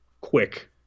quick